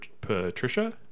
patricia